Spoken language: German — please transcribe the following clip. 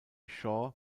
shaw